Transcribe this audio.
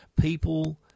people